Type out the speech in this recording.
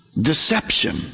Deception